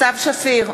סתיו שפיר,